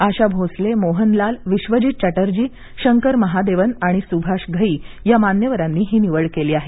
आशा भोसले मोहनलाल विश्वजीत चटर्जी शंकर महादेवन आणि सुभाष घई या मान्यवरांनी ही निवड केली आहे